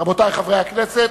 רבותי חברי הכנסת,